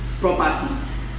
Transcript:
properties